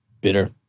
bitter